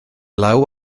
law